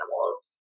animals